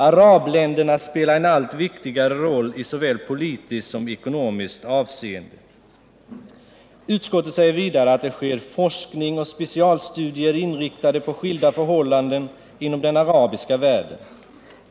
Arabländerna spelar en allt viktigare roll i såväl politiskt som ekonomiskt avseende.” Utrikesutskottet skriver vidare att det bedrivs ”forskning och specialstudier inriktade på skilda förhållanden inom den arabiska världen.